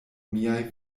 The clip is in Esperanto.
miaj